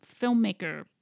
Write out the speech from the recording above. filmmaker